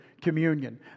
communion